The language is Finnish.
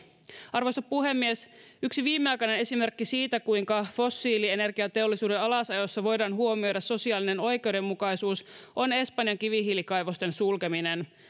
arvoisa puhemies yksi viimeaikainen esimerkki siitä kuinka fossiilienergiateollisuuden alasajossa voidaan huomioida sosiaalinen oikeudenmukaisuus on espanjan kivihiilikaivosten sulkeminen